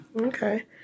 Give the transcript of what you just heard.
Okay